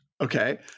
Okay